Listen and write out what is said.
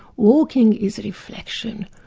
walking is reflection.